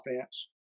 offense